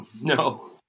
No